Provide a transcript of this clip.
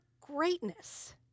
Greatness